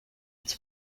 its